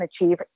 achieve